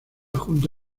junto